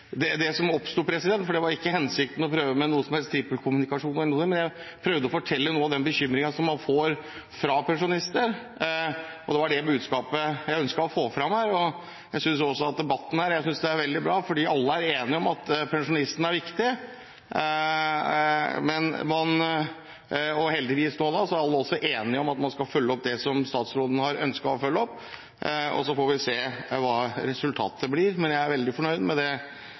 oppklare det som oppsto. Det var ikke hensikten å prøve med noen som helst trippelkommunikasjon eller noe annet. Jeg prøvde å fortelle om noe av den bekymringen som man får fra pensjonister – det var det budskapet jeg ønsket å få fram her. Jeg synes debatten her er veldig bra. Alle er enige om at pensjonistene er viktige. Heldigvis er alle også enige om at man skal følge opp det som statsråden har ønsket å følge opp. Så får vi se hva resultatet blir. Men jeg er veldig fornøyd med det